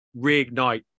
reignite